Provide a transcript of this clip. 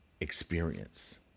experience